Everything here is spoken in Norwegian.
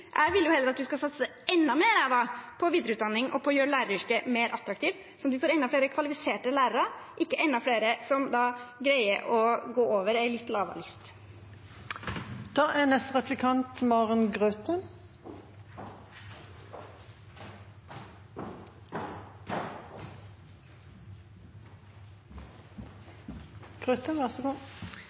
Jeg vil heller at vi skal satse enda mer på videreutdanning og på å gjøre læreryrket mer attraktivt, sånn at vi får enda flere kvalifiserte lærere, ikke enda flere som greier å gå over en litt lavere list. For oss i Senterpartiet er